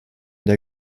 der